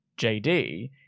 jd